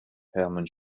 hermann